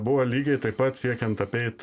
buvo lygiai taip pat siekiant apeit